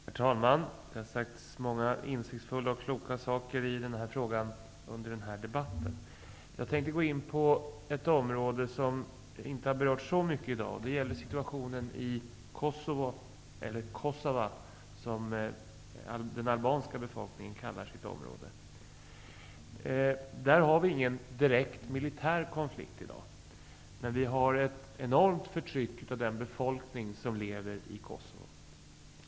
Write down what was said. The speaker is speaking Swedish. Herr talman! Det har sagts många insiktsfulla och kloka saker i den här frågan under debatten. Jag tänkte gå in på ett område som inte har berörts så mycket i dag. Det gäller situationen i Kosovo -- eller Kosova, som den albanska befolkningen kallar sitt område. Där finns ingen direkt militär konflikt i dag, men det finns ett enormt förtryck av den befolkning som lever i Kosovo.